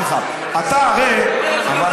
אתה משמיץ את חבריך לקואליציה, אתה, אמרתי לך.